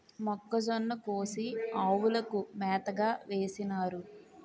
మొక్కజొన్న కోసి ఆవులకు మేతగా వేసినారు